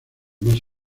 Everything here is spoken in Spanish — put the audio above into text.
más